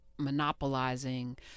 monopolizing